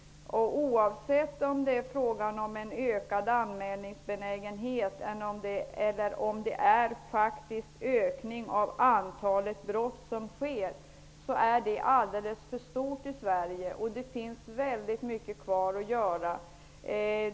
Oavsett om det är fråga om en större anmälningsbenägenhet eller om antalet brott ökar så är antalet brott alldeles för stort i Sverige. Väldigt mycket återstår att göra här.